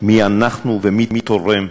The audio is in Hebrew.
מי אנחנו ומי תורם.